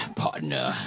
partner